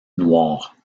noir